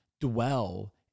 dwell